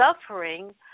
suffering